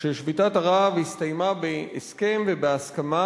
ששביתת הרעב הסתיימה בהסכם ובהסכמה.